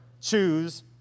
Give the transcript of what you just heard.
choose